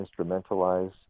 instrumentalize